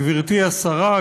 גברתי השרה,